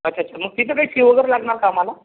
अच्छा अच्छा मग तिथे काही फी वगैरे लागणार का आम्हाला